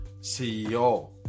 ceo